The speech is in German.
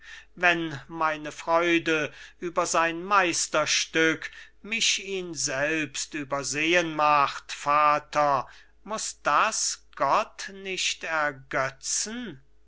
wenn meine freude über sein meisterstück mich ihn selbst übersehen macht vater muß das gott nicht ergötzen